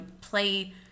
play